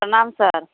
प्रणाम सर